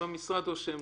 או שהם